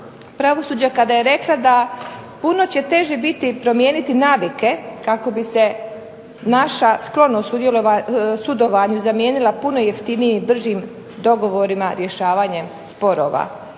pravosuđa kada je rekla da: "puno će teže biti promijeniti navike kako bi se naša sklonost sudovanju zamijenila puno jeftinijim i bržim dogovorima rješavanjem sporova";